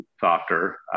softer